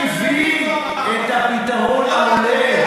הביא את הפתרון הכולל,